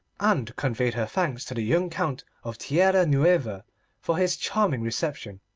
and conveyed her thanks to the young count of tierra-nueva for his charming reception,